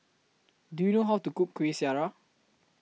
Do YOU know How to Cook Kueh Syara